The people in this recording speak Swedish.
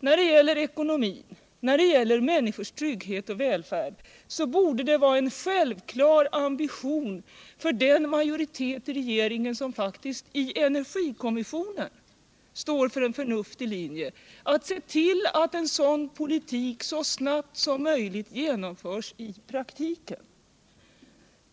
när det gäller ekonomin, när det gäller människornas trygghet och välfärd, borde det vara en självklar ambition för den majoritet i regeringen, som faktiskt i energikommissionen står för en förnuftig linje, att se till att en sådan politik så snabbt som möjligt genomförs i praktiken.